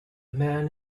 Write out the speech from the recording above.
man